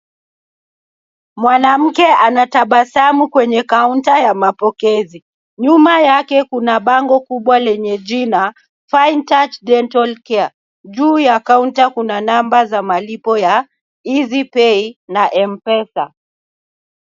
Mwanamke anatabasamu kwenye kaunta ya mapokezi. Nyuma yake kuna bango kubwa lenye jina fine touch dental care. Juu ya kaunta kuna namba za malipo ya easy pay na Mpesa.